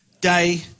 day